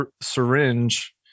syringe